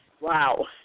wow